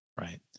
Right